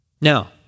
Now